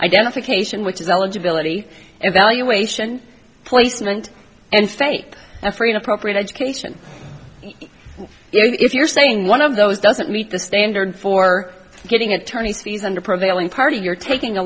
identification which is eligibility evaluation placement and state effort in appropriate education if you're saying one of those doesn't meet the standard for getting attorneys fees under prevailing party you're taking a